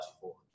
forward